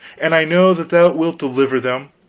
and i know that thou wilt deliver them,